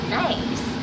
nice